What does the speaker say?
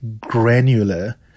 granular